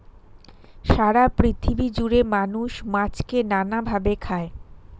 সারা পৃথিবী জুড়ে মানুষ মাছকে নানা ভাবে খায়